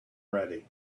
ready